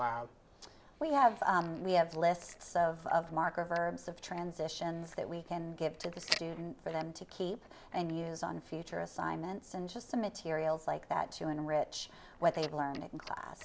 loud we have we have lists of marker verbs of transitions that we can give to the student for them to keep and use on future assignments and just some materials like that to enrich what they've learned